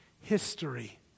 history